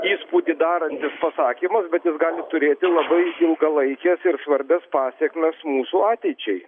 įspūdį darantis pasakymas bet jis gali turėti labai ilgalaikes ir svarbias pasekmes mūsų ateičiai